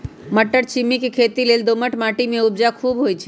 मट्टरछिमि के खेती लेल दोमट माटी में उपजा खुब होइ छइ